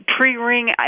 tree-ring